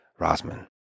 Rosman